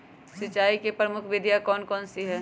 सिंचाई की प्रमुख विधियां कौन कौन सी है?